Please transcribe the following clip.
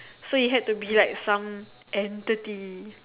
so it had to be like some entity